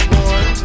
one